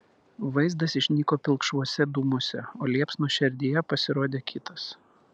vaizdas išnyko pilkšvuose dūmuose o liepsnos šerdyje pasirodė kitas